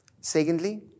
Secondly